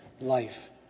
life